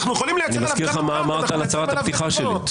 אנחנו יכולים לייצר עליו --- אני